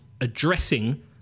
addressing